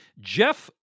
jeff